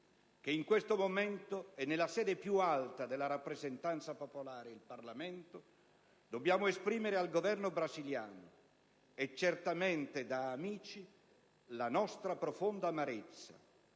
che in questo momento e nella sede più alta della rappresentanza popolare, il Parlamento, dobbiamo esprimere al Governo brasiliano, e certamente da amici, la nostra profonda amarezza